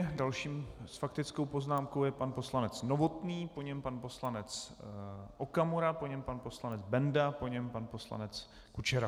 Dalším s faktickou poznámkou je pan poslanec Novotný, po něm pan poslanec Okamura, po něm pan poslanec Benda, po něm pan poslanec Kučera.